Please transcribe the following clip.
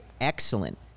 excellent